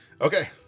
Okay